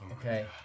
Okay